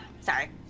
Sorry